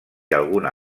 alguna